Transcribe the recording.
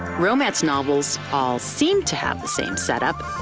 romance novels all seem to have the same setup.